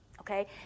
Okay